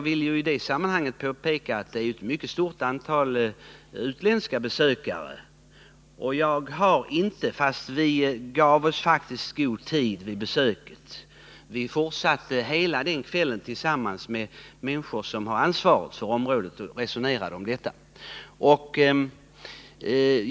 I det sammanhanget vill jag också påpeka att ett mycket stort antal utländska besökare söker sig hit. Vi tog god tid på oss vid besöket — hela kvällen resonerade vi med dem som har ansvaret för området.